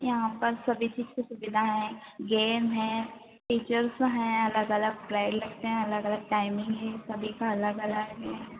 यहाँ पर सभी चीज़ की सुविधा है गेम है टीचर्स है अलग अलग प्राईड लगते हैं अलग अलग टाइमिंग है सभी का अलग अलग है